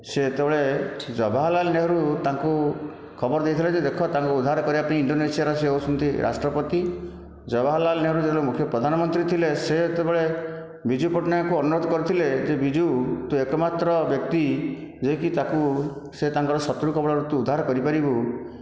ସେତେବେଳେ ଜବାହରଲାଲ ନେହରୁ ତାଙ୍କୁ ଖବର ଦେଇଥିଲେ ଯେ ଦେଖ ତାଙ୍କୁ ଉଦ୍ଧାର କରିବା ପାଇଁ ଇଣ୍ଡୋନେସିଆର ସେ ହେଉଛନ୍ତି ରାଷ୍ଟ୍ରପତି ଜବାହରଲାଲ ନେହରୁ ଯେତେବେଳେ ପ୍ରଧାନ ମନ୍ତ୍ରୀ ଥିଲେ ସେ ସେତେବେଳେ ବିଜୁ ପଟ୍ଟନାୟକଙ୍କୁ ଅନୁରୋଧ କରିଥିଲେ ଏ ବିଜୁ ତୁ ଏକମାତ୍ର ବ୍ୟକ୍ତି ଯିଏ କି ତାକୁ ସେ ତାଙ୍କ ଶତ୍ରୁ କବଳରୁ ତୁ ଉଦ୍ଧାର କରିପାରିବୁ